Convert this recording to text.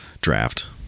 draft